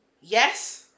Yes